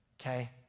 Okay